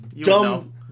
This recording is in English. Dumb